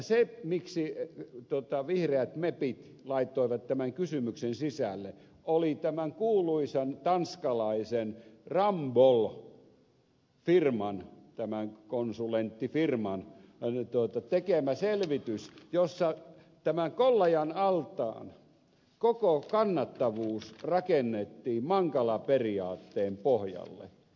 siihen miksi vihreät mepit laittoivat tämän kysymyksen sisälle oli syynä tämän kuuluisan tanskalaisen ramboll firman tämän konsulenttifirman tekemä selvitys jossa tämän kollajan altaan koko kannattavuus rakennettiin mankala periaatteen pohjalle